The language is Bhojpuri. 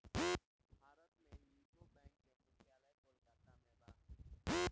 भारत में यूको बैंक के मुख्यालय कोलकाता में बा